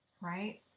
right